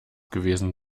gewesen